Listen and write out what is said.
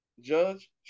Judge